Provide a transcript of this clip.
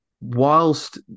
whilst